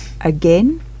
again